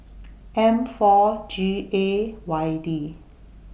M four G A Y D